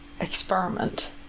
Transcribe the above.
experiment